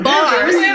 Bars